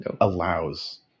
allows